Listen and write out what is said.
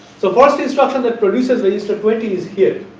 so, first instruction that produces register twenty is here,